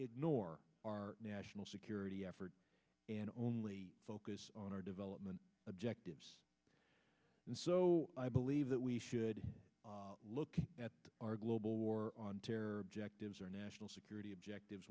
ignore our national security effort and only focus on our development objectives and so i believe that we should look at our global war on terror objectives or national security objectives